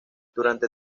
durante